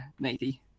Nathie